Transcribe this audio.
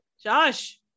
Josh